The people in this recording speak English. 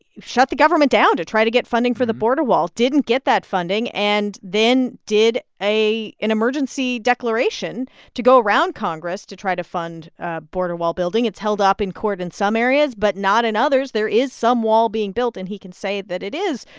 shut the government down to try to get funding for the border wall, didn't get that funding and then did an emergency declaration to go around congress to try to fund ah border-wall building. it's held up in court in some areas but not in others. there is some wall being built. and he can say that it is.